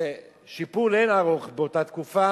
בשיפור לאין ערוך באותה תקופה,